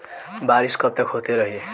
बरिस कबतक होते रही?